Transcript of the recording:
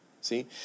See